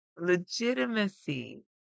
legitimacy